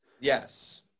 yes